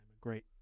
great